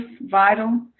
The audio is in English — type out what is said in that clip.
vital